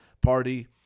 party